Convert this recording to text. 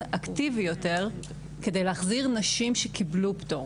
אקטיבי יותר כדי להחזיר נשים שקיבלו פטור.